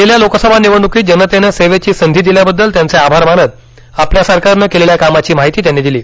गेल्या लोकसभा निवडण्कीत जनतेनं सेवेची संधी दिल्याबाबद्दल त्यांचे आभार मानत आपल्या सरकारनं केलेल्या कामाची माहिती त्यांनी दिली